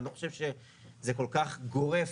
אני לא חושב שזה כל-כך גורף,